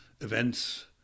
events